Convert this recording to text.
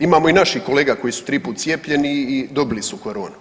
Imamo i naših kolega koji su tri put cijepljeni i dobili su koroni.